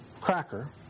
cracker